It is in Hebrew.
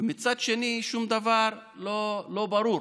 ומצד שני, שום דבר לא ברור.